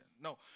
No